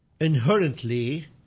Inherently